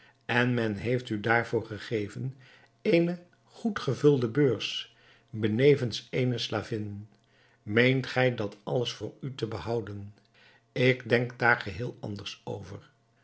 en men heeft u daarvoor gegeven eene goed gevulde beurs benevens eene slavin meent gij dat alles voor u te behouden ik denk daar geheel anders over